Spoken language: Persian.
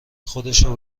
خودشو